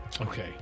Okay